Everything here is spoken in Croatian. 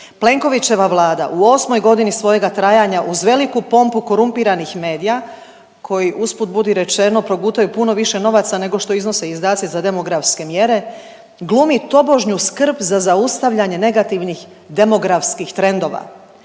Plenkovićeva Vlada u osmoj godini svojega trajanja uz veliku pompu korumpiranih medija koji usput budi rečeno progutaju puno više novaca nego što iznose izdaci za demografske mjere, glumi tobožnju skrb za zaustavljanje negativnih demografskih trendova.